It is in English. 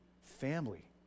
family